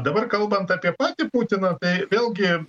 dabar kalbant apie patį putiną tai vėlgi